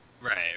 Right